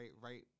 right